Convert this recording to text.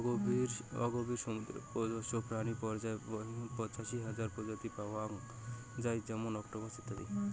অগভীর সমুদ্রের কম্বোজ প্রাণী পর্যায়ে পঁচাশি হাজার প্রজাতি পাওয়াং যাই যেমন অক্টোপাস ইত্যাদি